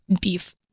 Beef